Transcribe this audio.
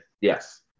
Yes